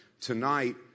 Tonight